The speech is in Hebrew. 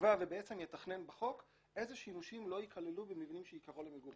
יקבע בחוק איזה שימושים לא ייכללו במבנים שעיקרם למגורים.